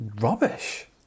rubbish